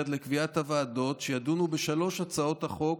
לקביעת הוועדות שידונו בשלוש הצעות החוק